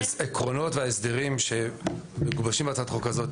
העקרונות וההסדרים שמגובשים בהצעת החוק הזאת,